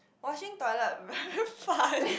washing toilet very fun